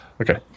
Okay